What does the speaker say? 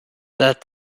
that